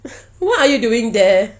what are you doing there